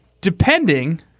depending